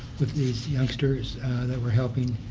with these youngsters that we're helping?